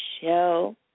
show